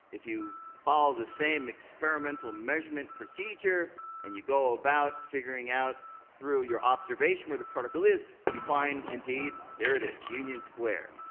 if you follow the same experimental measurement procedure, and you go about figuring out through your observation where the particle is, you find, indeed, there it is, union square.